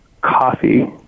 coffee